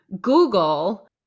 Google